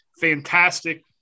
fantastic